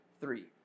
three